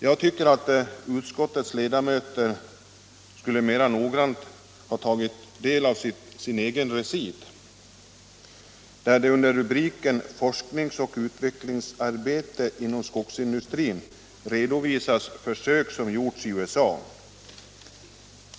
Jag tycker att utskottets ledamöter skulle ha tagit mer noggrant del av sin egen recit, där det under rubriken Forskning och utvecklingsarbete inom skogsindustrin redovisas försök som gjorts i USA.